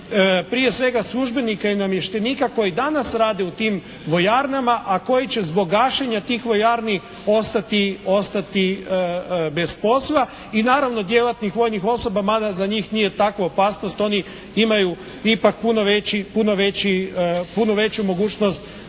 prije svega službenika i namještenika koji danas rade u tim vojarnama, a koji će zbog gašenja tih vojarni ostati bez posla i naravno djelatnih vojnih osoba mada za njih nije takva opasnost, oni imaju ipak puno veću mogućnost